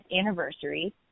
anniversary